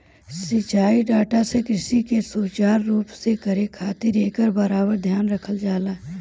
सिंचाई डाटा से कृषि के सुचारू रूप से करे खातिर एकर बराबर ध्यान रखल जाला